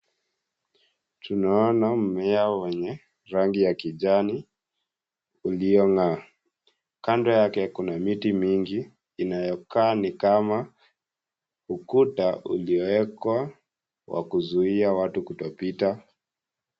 Tunaona mmea wenye rangi ya kijani uliong'aa. Kando yake kuna miti mingi inayokaa ni kama ukuta uliowekwa wa kuzuia watu kutopita.